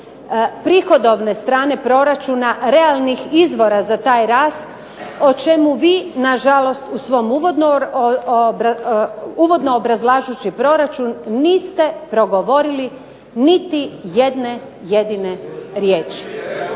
prihodovne strane proračuna, realnih izvora za taj rast o čemu vi nažalost uvodno obrazlažući proračun niste progovorili niti jedne jedine riječi.